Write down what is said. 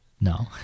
No